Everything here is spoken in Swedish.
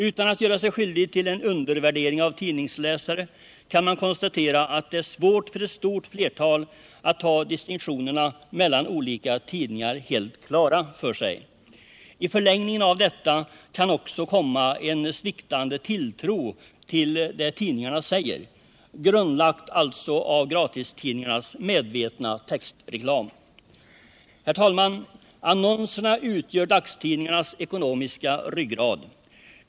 Utan att göra sig skyldig till en undervärdering av tidningsläsare, kan man konstatera att det är svårt för ett stort flertal att ha distinktionerna mellan olika tidningar helt klara för sig. I förlängningen av detta kan också komma en sviktande tilltro till det tidningarna säger, grundlagd alltså av gratistidningarnas medvetna textreklam. Annonserna utgör dagstidningarnas ekonomiska ryggrad.